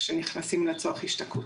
כשנכנסים לצורך השתקעות.